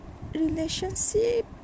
relationship